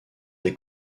des